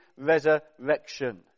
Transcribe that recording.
resurrection